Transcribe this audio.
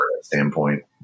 standpoint